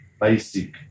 basic